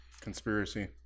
Conspiracy